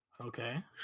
Okay